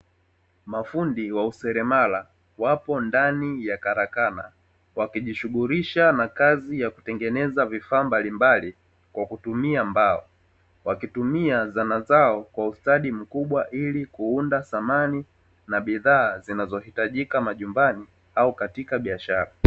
Mafundi wa useremala wapo ndani ya karakana, wakijishughulisha na kazi ya kutengeneza vifaa mbalimbali kwa kutumia mbao, wakitumia zana zao kwa ustadi mkubwa ili kuunda samani na bidhaa zinazohitajika majumbani au katika biashara.